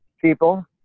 people